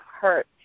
hurt